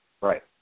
Right